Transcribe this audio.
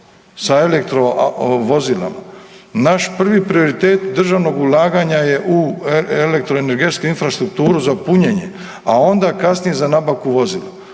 sa elektrovozilom, naš prvi prioritet državnog ulaganje je u elektroenergetsku infrastrukturu za punjenje, a onda kasnije za nabavku vozila.